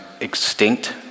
extinct